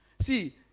see